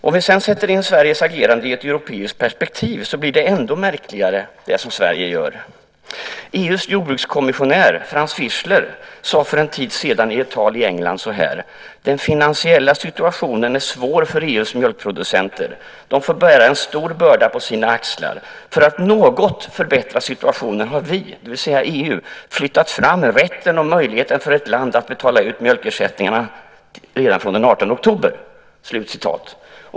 Om vi sätter in Sveriges agerande i ett europeiskt perspektiv blir det Sverige gör ännu märkligare. EU:s jordbrukskommissionär Franz Fischler sade för en tid sedan i ett tal i England så här: Den finansiella situationen är svår för EU:s mjölkproducenter. De får bära en stor börda på sina axlar. För att något förbättra situationen har vi - det vill säga EU - flyttat fram rätten och möjligheten för ett land att betala ut mjölkersättningarna från den 18 oktober.